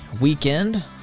weekend